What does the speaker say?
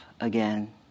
again